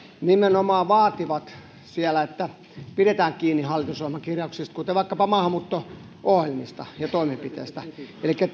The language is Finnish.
nimenomaan vaativat siellä että pidetään kiinni hallitusohjelman kirjauksista kuten vaikkapa maahanmuutto ohjelmista ja toimenpiteistä elikkä